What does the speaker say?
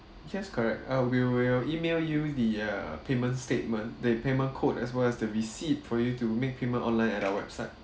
yes correct uh we will email you the err payment statement the payment code as well as the receipt for you to make payment online at our website